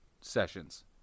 sessions